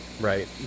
Right